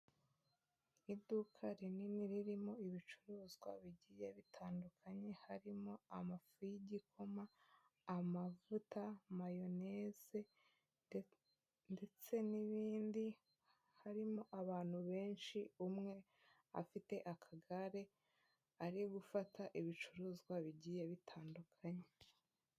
Iduka rinini ririmo ibicuruzwa bigiye bitandukanye harimo amafu y'igikoma, amavuta, mayoneze ndetse n'ibindi harimo abantu benshi umwe afite akagare ari gufata ibicuruzwa bigiye bitandukanye.